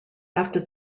after